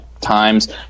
times